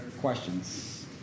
questions